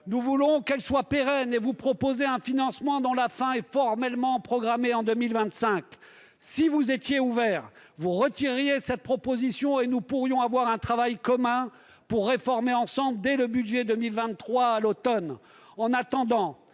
Nous voulons qu'elle soit pérenne ; vous proposez un financement dont la fin est formellement programmée en 2025. Si vous étiez ouverts, vous retireriez cette proposition, et nous pourrions mener un travail commun pour la réformer ensemble, dès le budget 2023, à l'automne. En attendant,